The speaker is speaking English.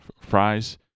fries